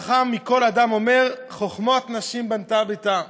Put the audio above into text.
החכם מכל אדם אומר: "חכמות נשים בנתה ביתה".